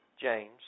James